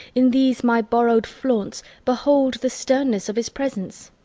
in these my borrow'd flaunts, behold the sternness of his presence?